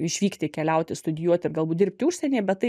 išvykti keliauti studijuoti ir galbūt dirbti užsienyje bet tai